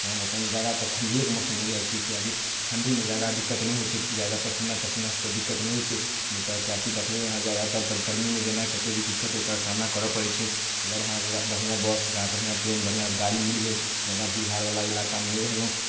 तऽ हम अपन जादातर ठंडियेके मौसममे जाइ छी किएकि ठण्डीमे जादा दिक्कत नहि होइ छै जादा पसीना तसीना सबके दिक्कत नहि होइ छै नहि तऽ किएकि देखबै अहाँ जादातर तऽ गर्मीमे जनाइ कतौ भी दिक्कतोके सामना करऽ पड़ै छै अगर अहाँ बढ़िऑं बस बढ़िऑं ट्रेन बढ़िऑं गाड़ी मिल गेल जादा भीड़ भाड़ वला इलाकामे नहि रहलहुॅं